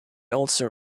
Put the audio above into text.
also